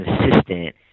consistent